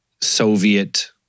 Soviet